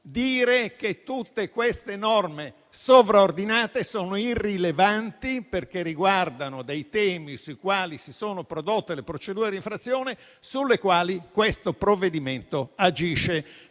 dire che tutte queste norme sovraordinate sono irrilevanti perché riguardano temi sui quali si sono prodotte le procedure di infrazione sulle quali questo provvedimento agisce.